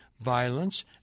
violence